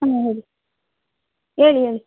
ಹಾಂ ಹೇಳಿ ಹೇಳಿ ಹೇಳಿ